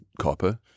copper